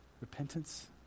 repentance